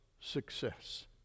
success